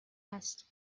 است